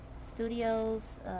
Studios